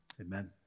Amen